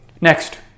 Next